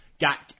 got